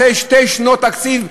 אחרי שתי שנות תקציב,